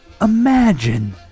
Imagine